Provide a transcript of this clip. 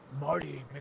Marty